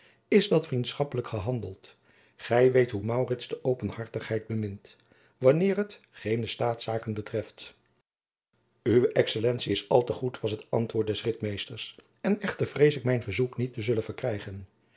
is dat vriendschappelijk gehandeld gij weet hoe maurits de openhartigheid bemint wanneer het geene staatszaken betreft uwe excellentie is al te goed was het antwoord des ritmeesters en echter vrees ik mijn verzoek niet te zullen verkrijgen